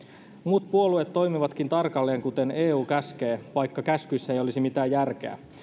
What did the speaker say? muut puolueet toimivatkin tarkalleen kuten eu käskee vaikka käskyissä ei olisi mitään järkeä